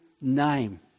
name